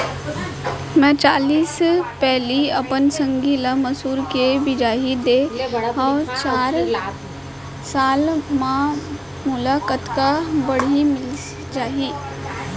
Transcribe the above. मैं चालीस पैली अपन संगी ल मसूर के बीजहा दे हव चार साल म मोला कतका बाड़ही मिलिस जाही?